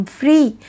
free